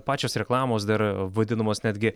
pačios reklamos dar vadinamos netgi